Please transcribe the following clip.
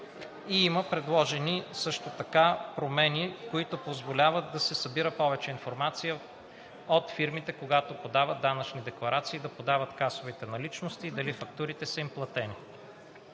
има предложени също така промени, които позволяват да се събира повече информация от фирмите, когато подават данъчни декларации, да подават касовите наличности и дали фактурите им са платени.